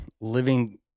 living